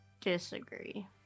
disagree